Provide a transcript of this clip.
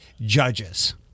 judges